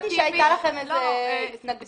הבנתי שהייתה לכם איזו התנגדות.